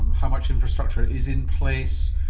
how much infrastructure is in place,